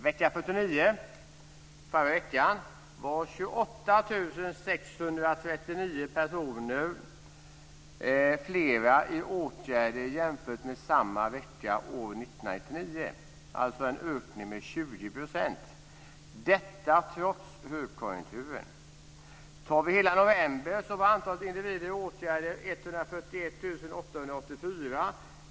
Vecka 49, förra veckan, var 28 639 fler personer i åtgärder jämfört med samma vecka år 1999, dvs. en ökning med 20 %, detta trots högkonjunkturen. Tar vi hela november var antalet individer i åtgärder 141 884.